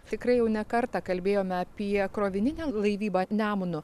tikrai jau ne kartą kalbėjome apie krovininę laivybą nemunu